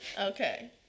Okay